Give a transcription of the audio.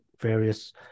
various